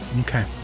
Okay